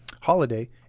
holiday